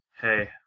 Hey